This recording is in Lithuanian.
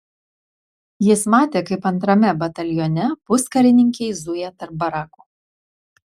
jis matė kaip antrame batalione puskarininkiai zuja tarp barakų